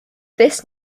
this